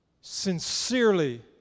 sincerely